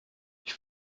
ich